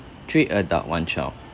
three adult one child